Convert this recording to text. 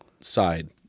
side